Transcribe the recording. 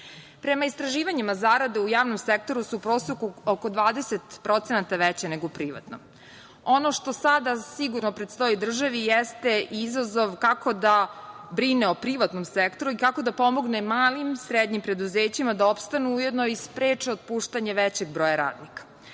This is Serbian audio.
istraživanjima, zarade u javnom sektoru su u proseku oko 20% veće nego u privatnom. Ono što sada sigurno predstoji državi jeste izazov kako da brine o privatnom sektoru i kako da pomogne malim i srednjim preduzećima da opstanu i ujedno i spreče otpuštanje većeg broja radnika. Važna